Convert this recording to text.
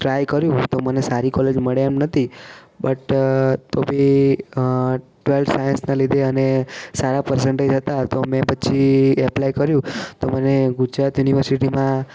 try કર્યું તો મને સારી કોલેજ મળે એમ નહોતી બટ તો બી ટવેલ્થ સાયન્સને લીધે અને સારા પર્સનટેજ હતા તો મેં પછી એપ્લાય કર્યું તો મને ગુજરાત યુનિવર્સિટીમાં